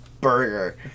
Burger